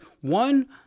one